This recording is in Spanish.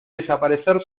desaparecer